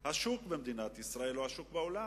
השוק במדינת ישראל או את השוק בעולם.